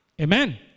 Amen